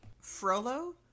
frollo